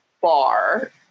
bar